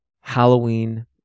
Halloween